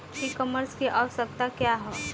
ई कॉमर्स की आवशयक्ता क्या है?